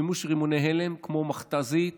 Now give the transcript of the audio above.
שימוש ברימוני הלם, כמו מכת"זית